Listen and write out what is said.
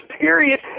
period